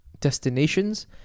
destinations